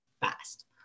fast